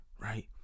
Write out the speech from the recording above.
right